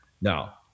Now